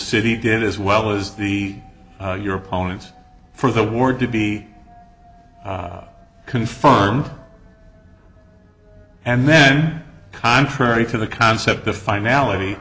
city did as well as the your opponents for the award to be confined and then contrary to the concept of finality